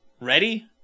Ready